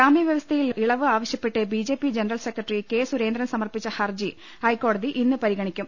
ജാമ്യ വ്യവസ്ഥയിൽ ഇളവ് ആവശ്യപ്പെട്ട് B J P general secretary K Surendran സമർപ്പിച്ച ഹർജി ഹൈക്കോടതി ഇന്ന് പരിഗണിക്കും